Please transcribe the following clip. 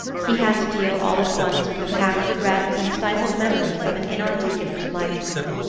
he had to deal all at once with the packed regrets and stifled memories of an inarticulate lifetime.